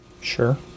sure